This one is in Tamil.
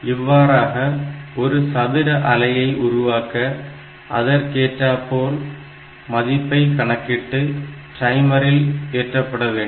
இவ்வாறாக ஒரு சதுர அலையை உருவாக்க அதற்கேற்றார்போல் மதிப்பை கணக்கிட்டு டைமரில் ஏற்றப்படவேண்டும்